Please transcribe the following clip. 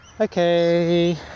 Okay